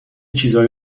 چیزایی